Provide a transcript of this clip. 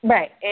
Right